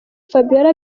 fabiola